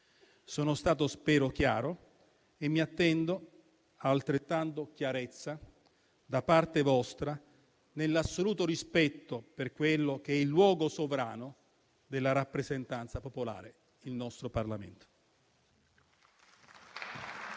stato chiaro e mi attendo altrettanta chiarezza da parte vostra, nell'assoluto rispetto per quello che è il luogo sovrano della rappresentanza popolare, il nostro Parlamento.